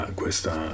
questa